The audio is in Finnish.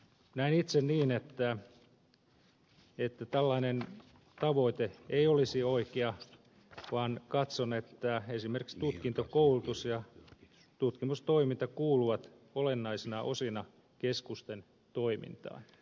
näen itse niin että tällainen tavoite ei olisi oikea vaan katson että esimerkiksi tutkintokoulutus ja tutkimustoiminta kuuluvat olennaisina osina keskusten toimintaan